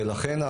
ולכן,